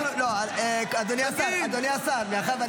יש לי תשובה.